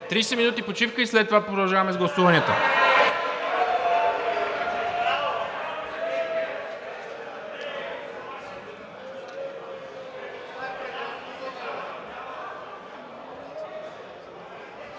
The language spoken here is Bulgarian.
минути почивка и след това продължаваме с гласуванията.